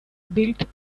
built